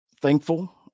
thankful